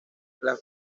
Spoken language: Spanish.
las